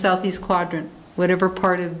southeast quadrant whatever part of